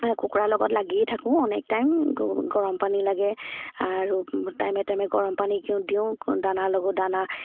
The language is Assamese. কুকুৰাৰ লগত লাগিয়ে থাকোঁ অনেক টাইম গৰম পানী লাগে আৰু টাইমে টাইমে গৰম পানী দিওঁ দানাৰ লগো দানা